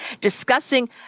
discussing